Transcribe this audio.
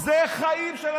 זה חיים של אנשים.